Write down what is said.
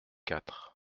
quatre